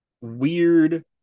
weird